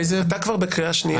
איזה --- אתה כבר בקריאה שנייה.